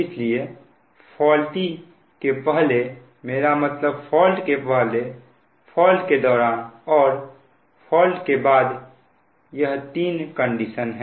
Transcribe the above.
इसलिए फॉल्ट के पहले फॉल्ट के दौरान और फॉल्ट के बाद यह तीन कंडीशन है